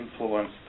influence